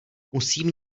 musím